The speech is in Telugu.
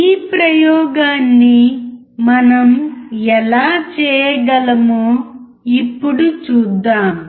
ఈ ప్రయోగాన్ని మనం ఎలా చేయగలమో ఇప్పుడు చూద్దాం